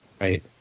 Right